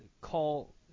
call